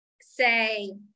say